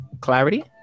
clarity